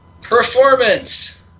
Performance